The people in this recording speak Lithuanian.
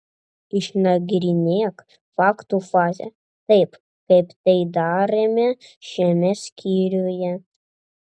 išnagrinėk faktų fazę taip kaip tai darėme šiame skyriuje